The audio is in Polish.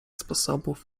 sposobów